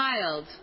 child